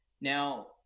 Now